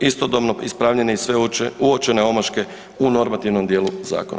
istodobno ispravljene i sve uočene omaške u normativnom dijelu zakona.